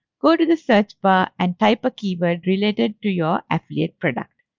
go to the search bar and type a keyword related to your affiliate product.